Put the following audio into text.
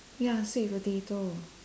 ya sweet potato